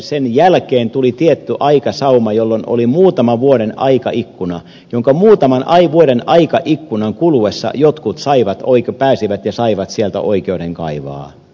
sen jälkeen tuli tietty aikasauma jolloin oli muutaman vuoden aikaikkuna jonka muutaman vuoden aikaikkunan kuluessa jotkut pääsivät ja saivat sieltä oikeuden kaivaa